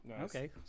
okay